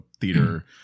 theater